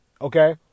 Okay